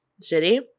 city